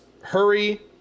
Hurry